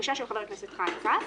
הבקשה של חבר הכנסת חיים כץ.